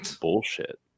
bullshit